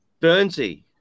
Burnsy